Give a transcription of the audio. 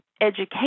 education